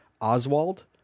Oswald